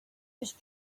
just